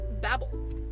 babble